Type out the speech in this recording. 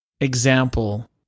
example